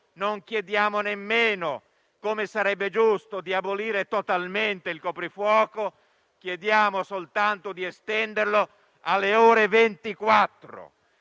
non chiediamo nemmeno, come sarebbe giusto, di abolire totalmente il coprifuoco, chiediamo soltanto di estenderlo alle ore 24.